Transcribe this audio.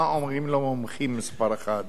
מה אומרים לו המומחים מספר אחת.